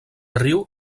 riu